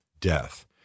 death